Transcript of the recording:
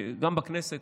גם בכנסת,